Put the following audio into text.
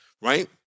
right